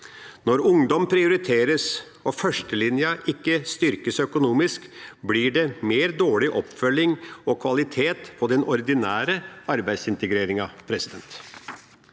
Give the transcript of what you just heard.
Når ungdom prioriteres og førstelinja ikke styrkes økonomisk, blir det dårligere oppfølging og kvalitet på den ordinære arbeidsintegreringen.